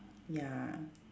ya